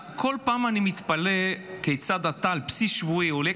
כל פעם אני מתפלא כיצד אתה על בסיס שבועי עולה